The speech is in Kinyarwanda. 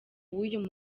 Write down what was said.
w’uyu